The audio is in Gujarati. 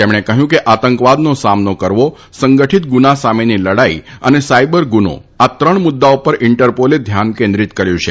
તેમણે કહ્યું કે આતંકવાદનો સામનો કરવો સંગઠિત ગુના સામેની લડાઇ અને સાયબર ગુનો આ ત્રણ મુદ્દા ઉપર ઇન્ટરપોલે ધ્યાન કેન્દ્રિત કર્થું છે